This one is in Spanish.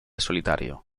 solitario